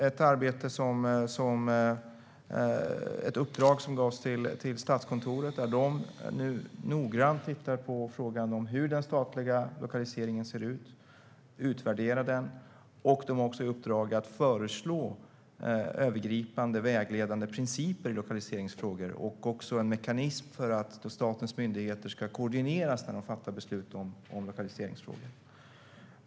Ett är ett uppdrag till Statskontoret, där man nu noggrant tittar på frågan om hur den statliga lokaliseringen ser ut och utvärderar den. Man har också i uppdrag att föreslå övergripande vägledande principer i lokaliseringsfrågan och en mekanism för att statens myndigheter ska koordineras när de fattar beslut i lokaliseringsfrågor.